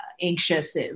anxious